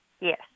yes